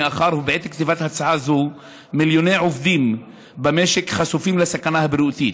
מאחר שבעת כתיבת הצעה זו מיליוני עובדים במשק חשופים לסכנה הבריאותית.